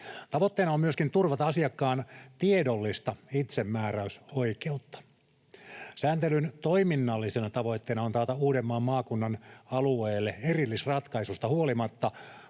Tavoitteena on myöskin turvata asiakkaan tiedollista itsemääräysoikeutta. Sääntelyn toiminnallisena tavoitteena on taata Uudenmaan maakunnan alueelle erillisratkaisusta huolimatta